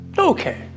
okay